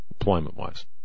employment-wise